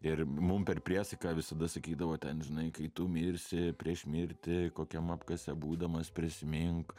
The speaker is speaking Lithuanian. ir mum per priesaiką visada sakydavo ten žinai kai tu mirsi prieš mirtį kokiam apkase būdamas prisimink